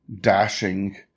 dashing